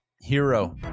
Hero